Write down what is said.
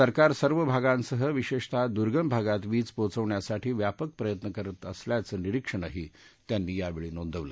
सरकार सर्व भागांसह विशेषतः दुर्गम भागात वीज पोचवण्यासाठी व्यापक प्रयत्न करत असल्याचं निरिक्षणही त्यांनी यावेळी नोंदवलं